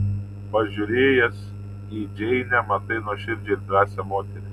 pažiūrėjęs į džeinę matai nuoširdžią ir drąsią moterį